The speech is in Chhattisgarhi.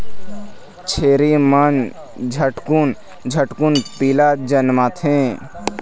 छेरी मन झटकुन झटकुन पीला जनमाथे